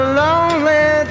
lonely